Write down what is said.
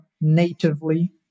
natively